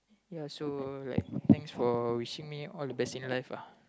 ya so like thanks for wishing me all the best in life lah